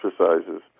exercises